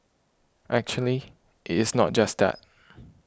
actually it is not just that